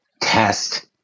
test